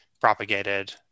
propagated